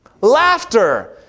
Laughter